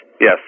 yes